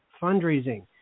fundraising